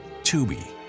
Tubi